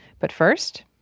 but first.